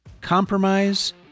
compromise